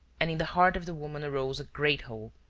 and in the heart of the woman arose a great hope.